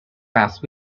past